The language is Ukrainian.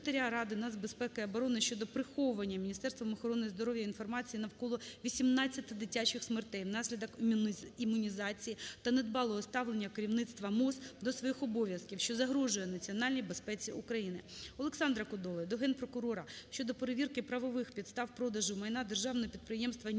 Секретаря Ради нацбезпеки і оборони щодо приховування Міністерством охорони здоров'я інформації навколо 18 дитячих смертей внаслідок імунізації та недбалого ставлення керівництва МОЗ до своїх обов'язків, що загрожує національній безпеці України. Олександра Кодоли до Генпрокурора щодо перевірки правових підстав продажу майна Державного підприємства "Ніжинський